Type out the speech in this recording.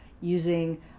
using